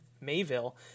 Mayville